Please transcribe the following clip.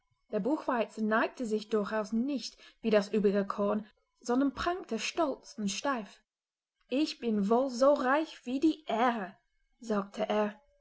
der buchweizen neigte sich durchaus nicht wie das übrige korn sondern prangte stolz und steif ich bin wohl so reich wie die ähre sagte er